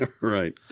right